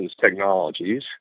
technologies